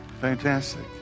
fantastic